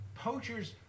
Poachers